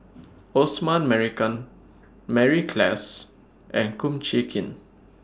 Osman Merican Mary Klass and Kum Chee Kin